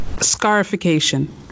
scarification